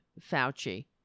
Fauci